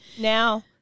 Now